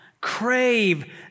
crave